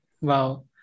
Wow